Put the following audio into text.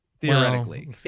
theoretically